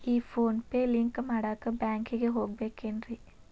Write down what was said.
ಈ PhonePe link ಮಾಡಾಕ ಬ್ಯಾಂಕಿಗೆ ಹೋಗ್ಬೇಕೇನ್ರಿ?